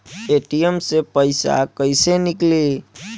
ATM से पइसा कइसे निकली?